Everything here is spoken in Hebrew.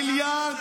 מיליארד